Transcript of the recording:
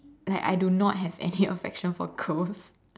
like I do not have any affection for girls